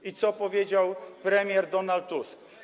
I co powiedział premier Donald Tusk?